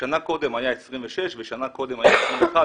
כששנה קודם היה 26 ושנה קודם היה 21,